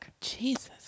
jesus